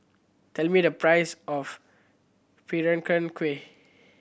tell me the price of Peranakan Kueh